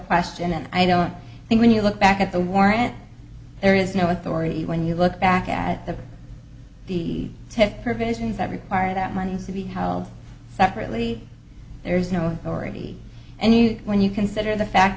question and i don't think when you look back at the war and there is no authority when you look back at the the tip provisions that require that money to be held separately there's no already and you when you consider the fact